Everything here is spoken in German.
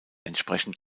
entsprechend